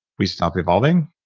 we stop evolving?